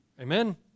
Amen